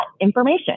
information